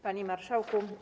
Panie Marszałku!